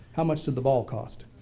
how much did the ball cost?